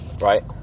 right